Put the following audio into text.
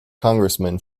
congressman